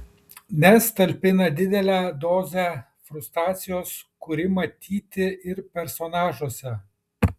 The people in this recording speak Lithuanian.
nes talpina didelę dozę frustracijos kuri matyti ir personažuose